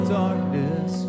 darkness